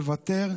מוותר,